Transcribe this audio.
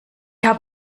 hab